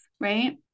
right